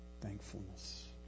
thankfulness